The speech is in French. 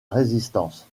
résistance